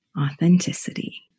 Authenticity